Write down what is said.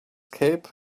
cape